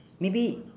maybe